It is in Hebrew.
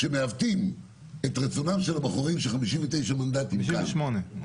כשמעוותים את רצונם של הבוחרים של 59 מנדטים כאן --- 58.